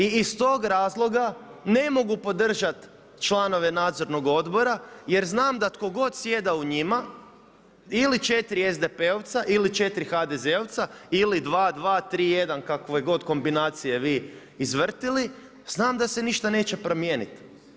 I iz tog razloga ne mogu podržati članove nadzornog odbora jer znam da tko god sjeda u njima ili 4 SDP-ovca ili 4 HDZ-ovca, ili 2:3 3:1, kakve god kombinacije vi izvrtjeli znam da se ništa neće promijeniti.